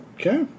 Okay